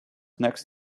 next